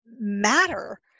matter